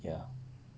ya